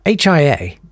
HIA